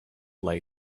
lay